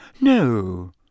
No